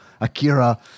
Akira